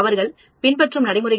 அவர்கள் பின்பற்றும் நடைமுறைகள்